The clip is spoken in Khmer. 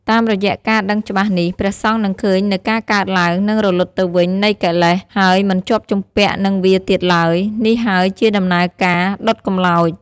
តាមរយៈការដឹងច្បាស់នេះ ព្រះសង្ឃនឹងឃើញនូវការកើតឡើង និងរលត់ទៅវិញនៃកិលេស ហើយមិនជាប់ជំពាក់នឹងវាទៀតឡើយ នេះហើយជាដំណើរការ ដុតកម្លោច ។